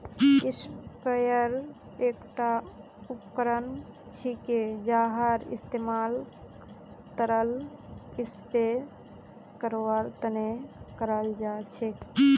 sprayer एकता उपकरण छिके जहार इस्तमाल तरल स्प्रे करवार तने कराल जा छेक